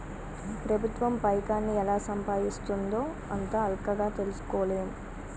ప్రభుత్వం పైకాన్ని ఎలా సంపాయిస్తుందో అంత అల్కగ తెల్సుకోలేం